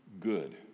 good